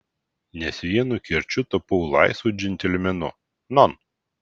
nes vienu kirčiu tapau laisvu džentelmenu non